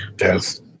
Yes